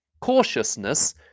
cautiousness